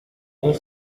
ont